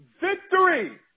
Victory